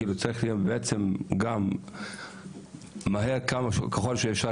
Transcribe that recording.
והוא צריך להיות מהר ככל שאפשר,